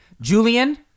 Julian